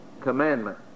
commandment